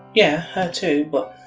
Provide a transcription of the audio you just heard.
yeah, her too, but.